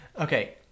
Okay